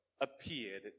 appeared